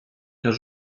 qu’un